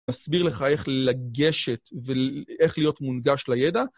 מסביר לך איך לגשת ואיך להיות מונגש לידע.